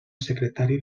secretari